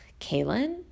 Kaylin